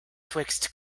twixt